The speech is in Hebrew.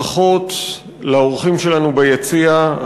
ברכות לאורחים שלנו ביציע,